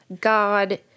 God